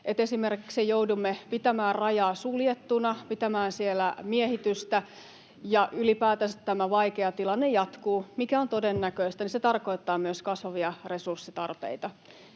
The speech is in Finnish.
esimerkiksi joudumme pitämään rajaa suljettuna, pitämään siellä miehitystä, ja ylipäätänsä tämä vaikea tilanne jatkuu, mikä on todennäköistä — niin se tarkoittaa myös kasvavia resurssitarpeita,